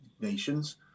nations